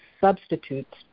substitutes